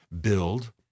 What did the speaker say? build